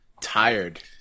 Tired